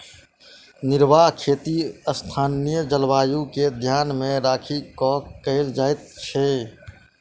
निर्वाह खेती स्थानीय जलवायु के ध्यान मे राखि क कयल जाइत छै